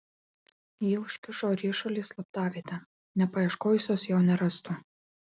ji užkišo ryšulį į slaptavietę nepaieškojusios jo nerastų